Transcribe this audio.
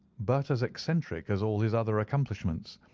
but as eccentric as all his other accomplishments.